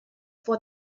for